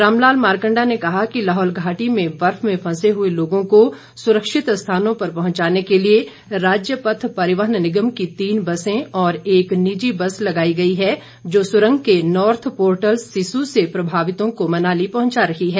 रामलाल मारकंडा ने कहा कि लाहौल घाटी में बर्फ में फंसे हए लोगों को सुरक्षित स्थानों पर पहुंचाने के लिए राज्य पथ परिवहन निगम की तीन बसें और एक निजी बस लगाई गई है जो सुरंग के नॉर्थ पोर्टल सिस्सु से प्रभावितों को मनाली पहुंचा रही है